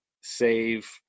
save